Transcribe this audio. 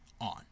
on